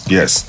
Yes